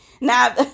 Now